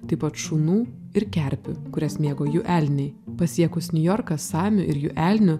taip pat šunų ir kerpių kurias mėgo jų elniai pasiekus niujorką samių ir jų elnių